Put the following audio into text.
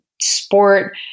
sport